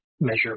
measure